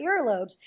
earlobes